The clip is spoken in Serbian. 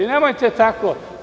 Nemojte tako.